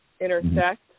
intersect